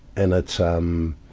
and it's, um,